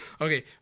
Okay